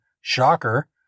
shocker